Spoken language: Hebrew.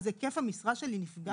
היקף המשרה שלי נפגע?